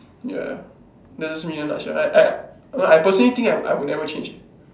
ya that was me not sure I I I personally think that I would never change